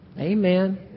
Amen